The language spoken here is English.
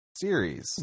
series